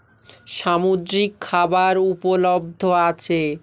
সামুদ্রিক খাবার উপলব্ধ আছে